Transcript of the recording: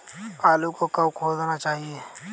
आलू को कब खोदना चाहिए?